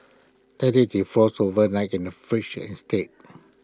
let IT defrost overnight in the fridge instead